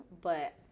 but-